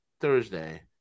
Thursday